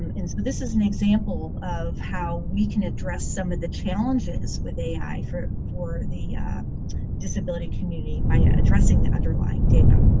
and so this is an example of how we can address some of the challenges with ai for for the disability community by addressing the underlying data.